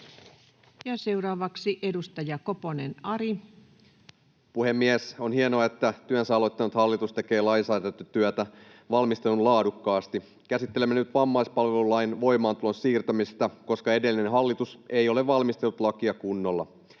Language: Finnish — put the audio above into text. Ja seuraavaksi edustaja Koponen, Ari.